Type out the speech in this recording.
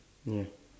ya